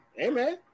Amen